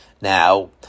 Now